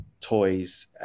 toys